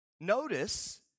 Notice